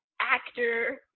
actor